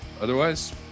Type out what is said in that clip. Otherwise